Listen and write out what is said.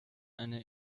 eine